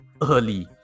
early